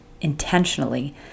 intentionally